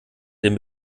den